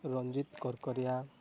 Ranjit Karkaria